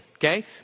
Okay